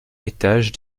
étages